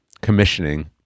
commissioning